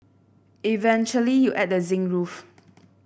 eventually you add the zinc roof